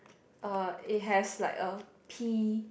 uh it has like a pea